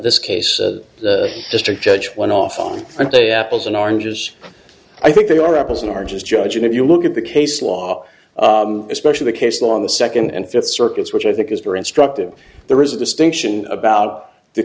this case the district judge went off on a date apples and oranges i think they are apples and oranges judge and if you look at the case law especially the case on the second and fifth circuits which i think is very instructive there is a distinction about the